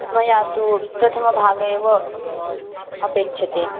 मया तु प्रथमभागः एव अपेक्ष्यते